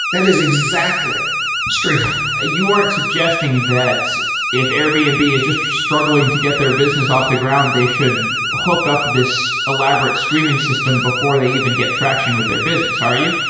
that is exactly streaming ah you aren't suggesting that if airbnb and is just struggling to get their business off the ground, they should hook up this elaborate streaming system before they even get traction with their business, are you?